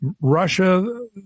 Russia